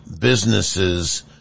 businesses